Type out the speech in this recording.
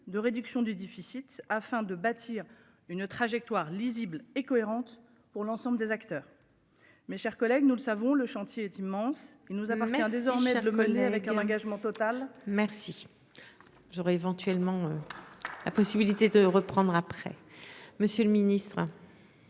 de réduction du déficit afin de bâtir une trajectoire lisible et cohérente pour l'ensemble des acteurs. Mes chers collègues, nous le savons, le chantier est immense, il nous appartient désormais le mollet avec un engagement total. Merci. J'aurais éventuellement. La possibilité de reprendre après. Monsieur le Ministre.